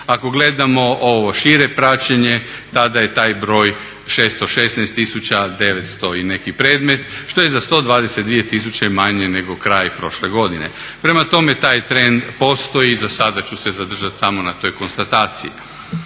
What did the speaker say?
Ako gledamo ovo šire praćenje tada je taj broj 616 tisuća 900 i neki predmet što je za 122 tisuće manje nego kraj prošle godine. Prema tome taj trend postoji i za sada ću se zadržati samo na toj konstataciji.